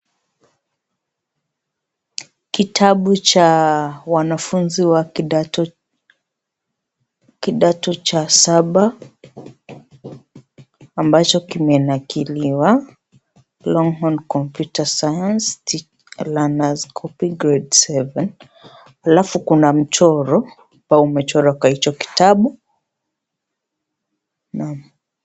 Kitabu cha wanafunzi wa kidato kidato cha saba ambacho kimenakiliwa; Longhorn Computer Science Learner's book grade 7 alafu kuna mchoro ambao umechorwa kwa hicho kitabu. Naam.